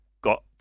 got